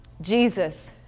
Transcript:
Jesus